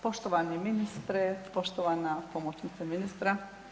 poštovani ministre, poštovana pomoćnice ministra.